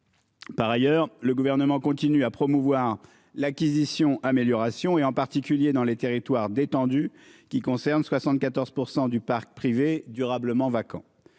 Par ailleurs, le gouvernement continue à promouvoir l'acquisition amélioration et en particulier dans les territoires détendu qui concerne 74% du parc privé durablement vacants.